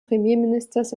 premierministers